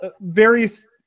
various